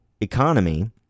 economy